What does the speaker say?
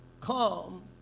come